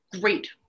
Great